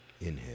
Inhale